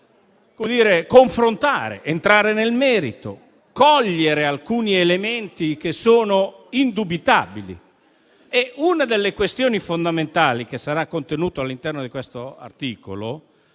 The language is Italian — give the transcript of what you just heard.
che si potesse entrare nel merito, cogliere alcuni elementi che sono indubitabili. Una delle questioni fondamentali che sarà contenuta all'interno di questo articolo